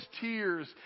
tears